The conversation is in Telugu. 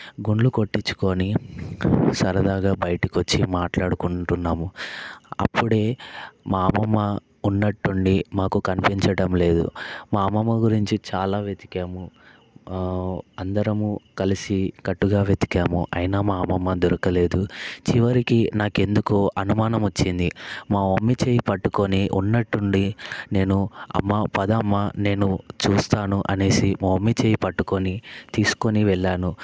గుండ్లు కొట్టించుకొని సరదాగా బయటికి వచ్చి మాట్లాడుకుంటున్నాము అప్పుడే మా అమ్మమ్మ ఉన్నట్టుండి మాకు కనిపించడం లేదు మా అమ్మమ్మ గురించి చాలా వెతికాము అందరము కలిసికట్టుగా వెతికాము అయినా మా అమ్మమ్మ దొరకలేదు చివరికి నాకెందుకో అనుమానం వచ్చింది మా మమ్మీ చేయి పట్టుకొని ఉన్నట్టుండి నేను అమ్మ పదమ్మ నేను చూస్తాను అనేసి మా మమ్మీ చేయి పట్టుకొని తీసుకొని వెళ్ళాను